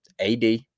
AD